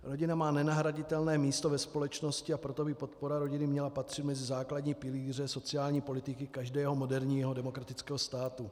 Rodina má nenahraditelné místo ve společnosti, a proto by podpora rodiny měla patřit mezi základní pilíře sociální politiky každého moderního demokratického státu.